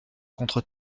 contre